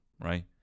right